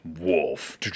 Wolf